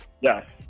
Yes